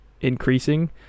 increasing